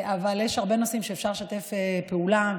אבל יש הרבה נושאים שאפשר לשתף בהם פעולה,